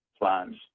plans